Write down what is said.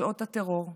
שעות הטרור.